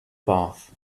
bath